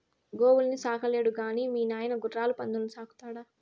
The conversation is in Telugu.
గోవుల్ని సాకలేడు గాని మీ నాయన గుర్రాలు పందుల్ని సాకుతాడా